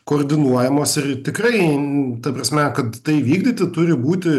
koordinuojamos ir tikrai ta prasme kad tai vykdyti turi būti